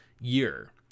year